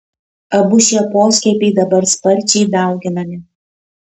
abu šie poskiepiai dabar sparčiai dauginami